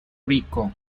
rico